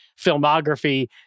filmography